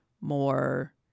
more